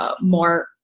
more